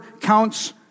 counts